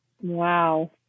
Wow